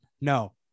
No